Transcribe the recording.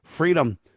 Freedom